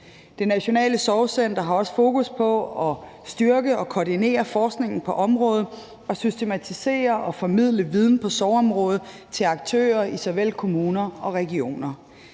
Det Nationale Sorgcenter har også fokus på at styrke og koordinere forskningen på området og systematisere og formidle viden på sorgområdet til aktører i såvel kommuner som regioner.